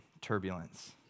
turbulence